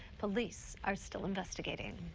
police are still investigating.